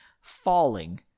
falling